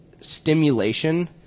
stimulation